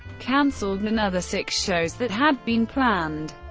canceled another six shows that had been planned.